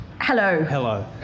Hello